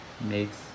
makes